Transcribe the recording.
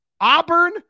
Auburn